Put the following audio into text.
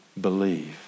believe